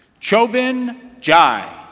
chobin jai